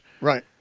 Right